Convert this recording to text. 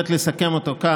הבנתי אותך.